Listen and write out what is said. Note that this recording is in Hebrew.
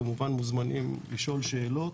אתם כמובן מוזמנים לשאול שאלות.